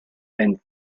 and